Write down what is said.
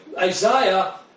Isaiah